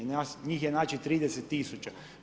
Njih je znači 30 000.